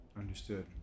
Understood